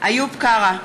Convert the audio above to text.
איוב קרא,